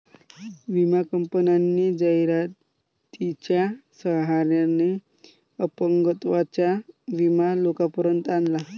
विमा कंपन्यांनी जाहिरातीच्या सहाय्याने अपंगत्वाचा विमा लोकांपर्यंत आणला